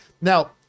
Now